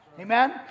Amen